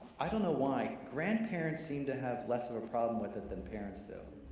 i don't know why grandparents seem to have less of a problem with it that parents do.